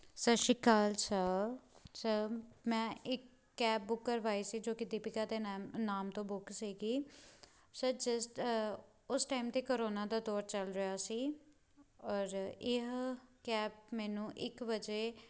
ਸਤਿ ਸ਼੍ਰੀ ਅਕਾਲ ਸਰ ਸਰ ਮੈਂ ਇੱਕ ਕੈਬ ਬੁੱਕ ਕਰਵਾਈ ਸੀ ਜੋ ਕਿ ਦੀਪਿਕਾ ਦੇ ਨੈਮ ਨਾਮ ਤੋਂ ਬੁੱਕ ਸੀਗੀ ਸਰ ਜਸਟ ਉਸ ਟਾਈਮ 'ਤੇ ਕਰੋਨਾ ਦਾ ਦੌਰ ਚੱਲ ਰਿਹਾ ਸੀ ਔਰ ਇਹ ਕੈਬ ਮੈਨੂੰ ਇੱਕ ਵਜੇ